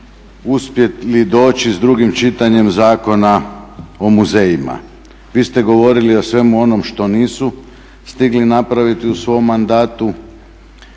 uspjeli doći s drugim čitanjem Zakona o muzejima. Vi ste govorili o svemu onom što nisu stigli napraviti u svom mandatu